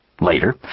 Later